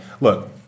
look